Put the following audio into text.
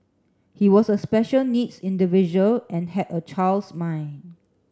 he was a special needs individual and had a child's mind